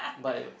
bias